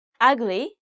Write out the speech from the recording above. ugly